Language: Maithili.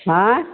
आँय